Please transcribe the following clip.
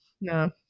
No